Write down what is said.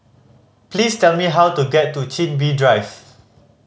please tell me how to get to Chin Bee Drive